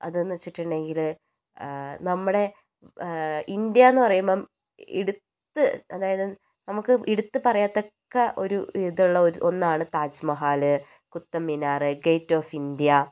അത് എന്ന് വച്ചിട്ടുണ്ടെങ്കില് നമ്മുടെ ഇന്ത്യ എന്ന് പറയുമ്പം എടുത്ത് അതായത് നമുക്ക് എടുത്ത് പറയത്തക്ക ഒരു ഇതുള്ള ഒന്നാണ് Taj Mahal Qutub Minar gate of India